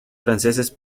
franceses